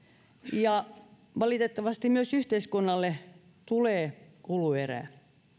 ja valitettavasti myös yhteiskunnalle tulee kuluerää